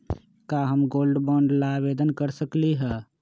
का हम gold bond ला आवेदन कर सकली ह?